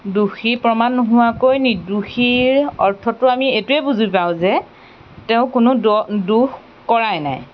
দোষী প্ৰমাণ নোহোৱাকৈ নিৰ্দোষীৰ অৰ্থটো আমি এইটোৱে বুজি পাওঁ যে তেওঁৰ কোনো দ দোষ কৰাই নাই